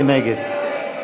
מי נגד?